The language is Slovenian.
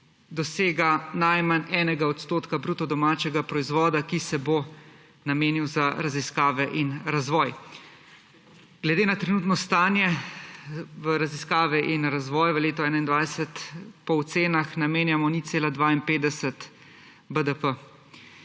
dosega najmanj enega odstotka bruto domačega proizvoda, ki se bo namenil za raziskave in razvoj. Glede na trenutno stanje v raziskave in razvoj v letu 2021 po ocenah namenjamo 0,52 BDP.